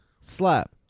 Slap